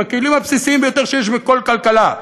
בכלים הבסיסיים ביותר שיש בכל כלכלה,